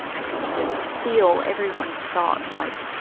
i could just feel everyone's thoughts. like,